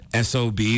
SOB